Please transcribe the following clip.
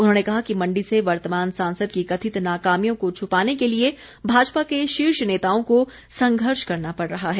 उन्होंने कहा कि मण्डी से वर्तमान सांसद की कथित नाकामियों को छुपाने के लिए भाजपा के शीर्ष नेताओं को संघर्ष करना पड़ रहा है